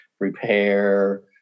repair